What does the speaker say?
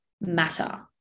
matter